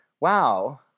wow